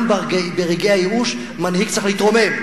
גם ברגעי הייאוש מנהיג צריך להתרומם.